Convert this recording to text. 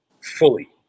fully